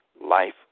Life